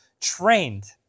trained